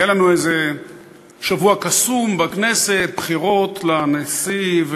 היה לנו איזה שבוע קסום בכנסת, בחירות לנשיא.